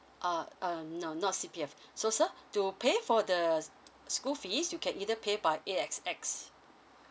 ah um no not C_P_F so sir to pay for the school fees you can either pay by A_X_S